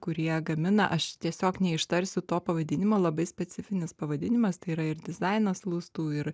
kurie gamina aš tiesiog neištarsiu to pavadinimo labai specifinis pavadinimas tai yra ir dizainas lustų ir